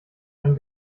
ein